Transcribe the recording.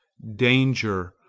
danger,